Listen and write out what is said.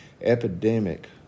epidemic